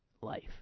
life